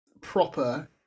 proper